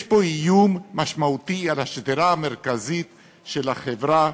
יש פה איום משמעותי על השדרה המרכזית של החברה,